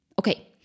Okay